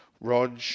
Rog